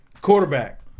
Quarterback